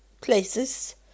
places